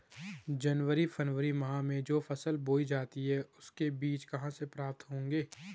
जनवरी फरवरी माह में जो फसल बोई जाती है उसके बीज कहाँ से प्राप्त होंगे?